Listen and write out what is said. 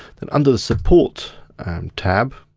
and under the support tab,